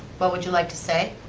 what would you like to say.